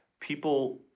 people